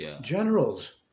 generals